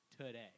today